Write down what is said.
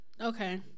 Okay